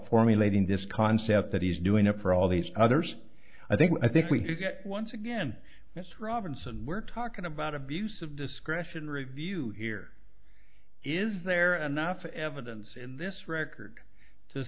formulating this concept that he's doing it for all these others i think i think we do get once again it's robinson we're talking about abuse of discretion review here is there enough evidence in this record to